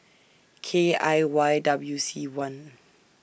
K I Y W C one